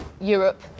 Europe